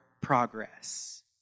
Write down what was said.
progress